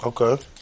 Okay